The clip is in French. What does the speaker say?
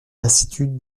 lassitude